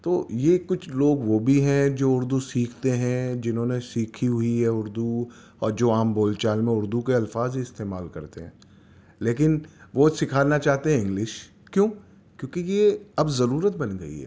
تو یہ کچھ لوگ وہ بھی ہیں جو اردو سیکھتے ہیں جنہوں نے سیکھی ہوئی ہے اردو اور جو عام بول چال میں اردو کے الفاظ استعمال کرتے ہیں لیکن وہ سکھانا چاہتے ہیں انگلش کیوں کیونکہ یہ اب ضرورت بن گئی ہے